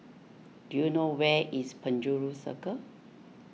do you know where is Penjuru Circle